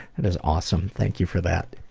that is awesome, thank you for that.